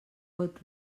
pot